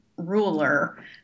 ruler